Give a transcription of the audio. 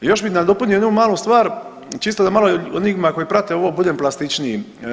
Još bih nadopunio jednu malu stvar, čisto da malo onima koji prate ovo budem plastičniji.